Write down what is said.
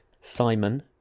Simon